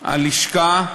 הלשכה,